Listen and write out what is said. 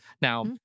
now